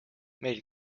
meil